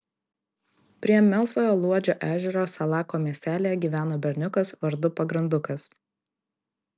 prie melsvojo luodžio ežero salako miestelyje gyveno berniukas vardu pagrandukas